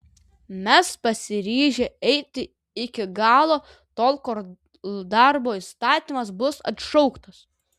mes pasiryžę eiti iki galo tol kol darbo įstatymas bus atšauktas